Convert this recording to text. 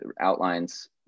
outlines